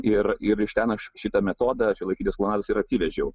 ir ir iš ten aš šitą metodą šiuolaikinės klouados ir atsivežiau